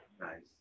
Nice